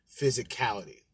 physicality